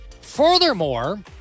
Furthermore